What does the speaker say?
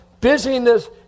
busyness